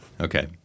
Okay